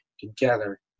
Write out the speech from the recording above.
together